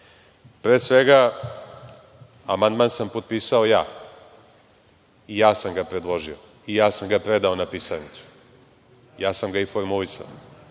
svega, amandman sam potpisao ja i ja sam ga predložio i ja sam ga predao na pisarnicu, ja sam ga i formulisao,